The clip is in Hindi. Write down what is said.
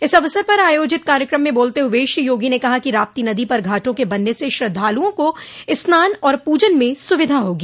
इस अवसर पर आयोजित कार्यक्रम में बोलते हुए श्री योगी ने कहा कि राप्ती नदी पर घाटों के बनने से श्रद्धालुओं को स्नान और पूजन में सुविधा होगी